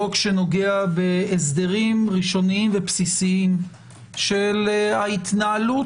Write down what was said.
חוק שנוגע בהסדרים ראשוניים ובסיסיים של ההתנהלות